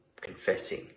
confessing